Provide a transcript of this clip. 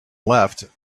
left